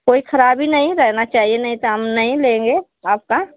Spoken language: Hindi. कोई खराबी नहीं रहना चाहिए नहीं तो हम नहीं लेंगें आपका